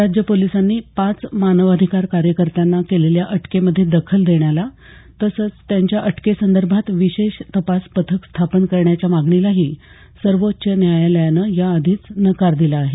राज्य पोलिसांनी पाच मानवाधिकार कार्यकर्त्यांना केलेल्या अटकेमध्ये दखल देण्याला तसंच त्यांच्या अटके संदर्भात विशेष तपास पथक स्थापन करण्याच्या मागणीलाही सर्वोच्च न्यायालयानं याआधीच नकार दिला आहे